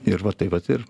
ir va taip vat ir